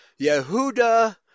Yehuda